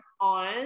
on